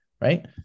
right